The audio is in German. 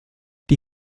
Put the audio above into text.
die